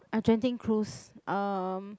uh Genting cruise um